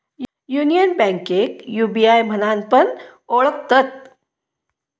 union बैंकेक UBI म्हणान पण ओळखतत